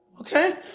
Okay